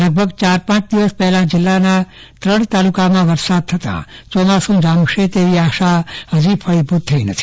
લગભગ ચાર પાંચ દિવસ પહેલા જિલ્લાના ત્રણ તાલુકામાં વરસાદ થતા ચોમાસુ જામશે તેવી આશા હજી ફળીભૂત થઈ નથી